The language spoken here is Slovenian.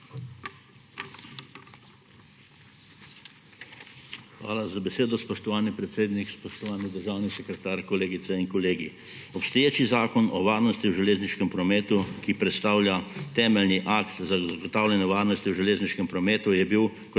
Hvala za besedo, spoštovani predsednik. Spoštovani državni sekretar, kolegice in kolegi! Obstoječi Zakon o varnosti v železniškem prometu, ki predstavlja temeljni akt za zagotavljanje varnosti v železniškem prometu, je bil kot